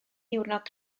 ddiwrnod